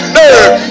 nerve